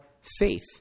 faith